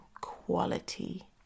quality